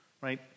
right